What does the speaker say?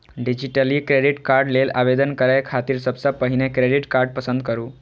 digitally credit card लेल आवेदन करै खातिर सबसं पहिने क्रेडिट कार्ड पसंद करू